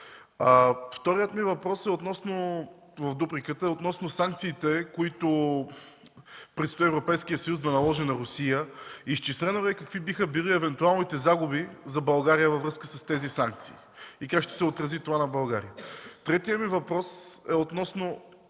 Вторият ми въпрос е относно санкциите, които предстои Европейският съюз да наложи на Русия: изчислено ли е какви биха били евентуалните загуби за България във връзка с тези санкции и как ще се отрази това на България? Третият ми въпрос е относно